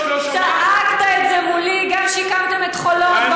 צעקת את זה מולי גם כשהקמתם את חולות,